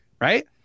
right